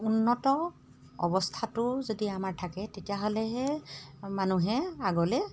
উন্নত অৱস্থাটো যদি আমাৰ থাকে তেতিয়াহ'লেহে মানুহে আগলৈ